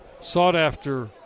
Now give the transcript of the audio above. sought-after